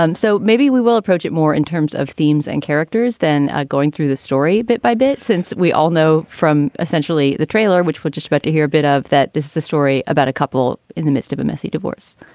um so maybe we will approach it more in terms of themes and characters than going through the story. bit by bit, since we all know from essentially the trailer, which we're just about to hear a bit of that, this is a story about a couple in the midst of a messy divorce